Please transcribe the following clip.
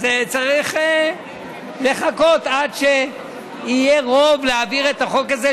אז צריך לחכות עד שיהיה רוב להעביר את החוק הזה,